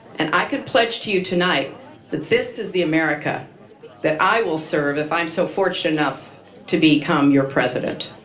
and i can pledge to you tonight that this is the america that i will serve if i'm so fortunate enough to become your president.